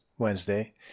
Wednesday